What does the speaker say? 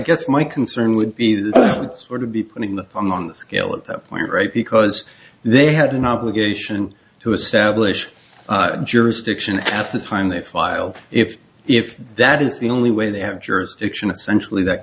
guess my concern would be that we're to be putting them on the scale at that point right because they had an obligation to establish jurisdiction at the time they filed if if that is the only way they have jurisdiction essentially that